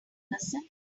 listen